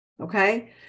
Okay